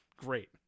great